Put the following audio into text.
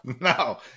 No